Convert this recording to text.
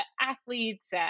athletes